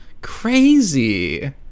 Crazy